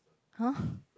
[huh]